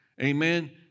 amen